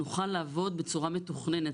נוכל לעבוד בצורה מתוכננת.